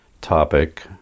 topic